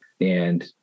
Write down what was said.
And-